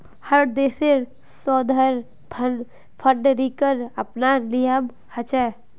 हर देशेर शोधेर फंडिंगेर अपनार नियम ह छे